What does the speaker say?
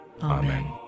Amen